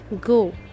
go